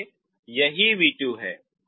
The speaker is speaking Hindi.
इसलिए यही v2 है